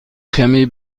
کمی